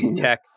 tech